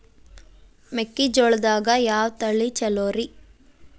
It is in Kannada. ಮೆಕ್ಕಿಜೋಳದಾಗ ಯಾವ ತಳಿ ಛಲೋರಿ?